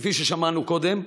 כפי ששמענו קודם,